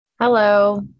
Hello